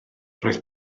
roedd